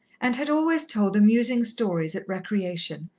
and had always told amusing stories at recreation,